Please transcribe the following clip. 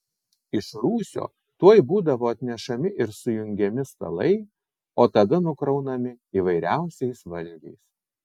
iš rūsio tuoj būdavo atnešami ir sujungiami stalai o tada nukraunami įvairiausiais valgiais